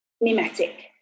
mimetic